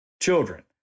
children